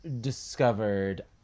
discovered